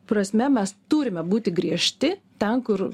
prasme mes turime būti griežti ten kur